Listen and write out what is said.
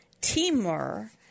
Timur